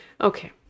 Okay